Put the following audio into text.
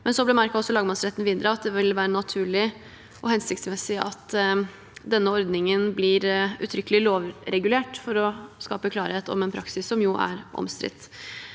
deler av døgnet. Lagmannsretten bemerket videre at det ville være naturlig og hensiktsmessig at denne ordningen blir uttrykkelig lovregulert for å skape klarhet om en praksis som jo er omstridt.